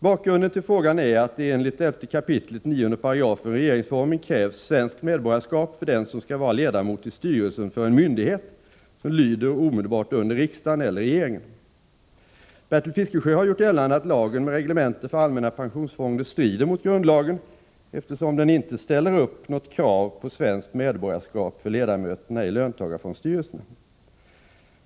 Bakgrunden till frågan är att det enligt 11 kap. 9 § regeringsformen krävs svenskt medborgarskap för den som skall vara ledamot i styrelsen för en myndighet som lyder omedelbart under riksdagen eller regeringen. Bertil Fiskesjö har gjort gällande att lagen med reglemente för allmänna pensionsfonden strider mot grundlagen, eftersom den inte ställer upp något krav på svenskt medborgarskap för ledamöterna i löntagarfondsstyrelserna.